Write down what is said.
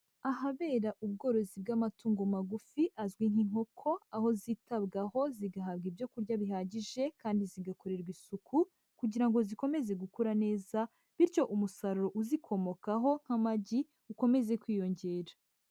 Ahabera ubworozi bw'amatungo magufi azwi nk'inkoko, aho zitabwaho, zigahabwa ibyo kurya bihagije kandi zigakorerwa isuku, kugira ngo zikomeze gukura neza, bityo umusaruro uzikomokaho nk'amagi ukomeze kwiyongera.